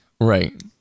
Right